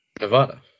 Nevada